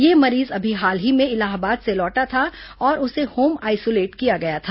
यह मरीज अभी हाल ही में इलाहाबाद से लौटा था और उसे होम आइसोलेट किया गया था